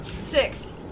Six